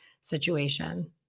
situation